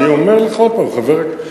אני אומר לך פעם נוספת: